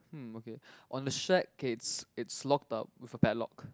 hmm okay on the shack K it's it's locked up with a padlock